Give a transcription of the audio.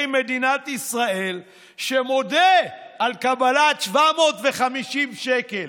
מדינת ישראל שמודה על קבלת 750 שקל